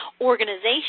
organization